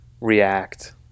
react